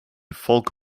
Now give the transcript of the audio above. folk